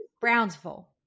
Brownsville